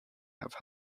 have